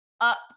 up